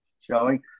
showing